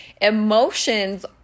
emotions